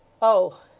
oh!